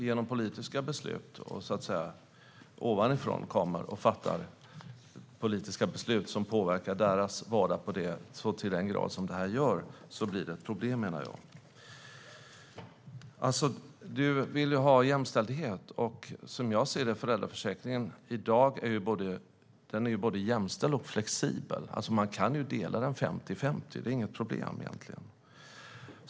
Men när hon ovanifrån kommer och fattar politiska beslut som påverkar deras vardag till den grad som det här gör blir det ett problem, menar jag. Wiwi-Anne Johansson vill ha jämställdhet, och som jag ser det är föräldraförsäkringen i dag både jämställd och flexibel. Man kan ju dela den 50-50. Det är inget problem egentligen.